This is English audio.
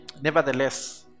Nevertheless